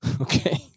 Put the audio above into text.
okay